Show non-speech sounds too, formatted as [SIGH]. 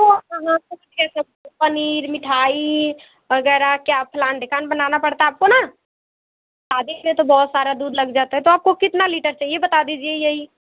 [UNINTELLIGIBLE] पनीर मिठाई वगैरह क्या फलाना ढेकाना बनाना पड़ता है आपको ना शादी में तो बहुत सारा दूध लग जाता है तो आपको कितना लीटर चाहिए ये बात दीजिए यही